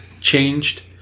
changed